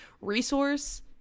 resource